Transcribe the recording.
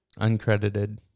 Uncredited